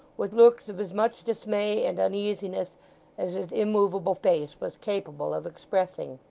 with looks of as much dismay and uneasiness as his immovable face was capable of expressing.